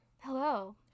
Hello